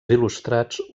il·lustrats